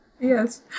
Yes